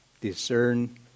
discern